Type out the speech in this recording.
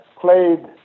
played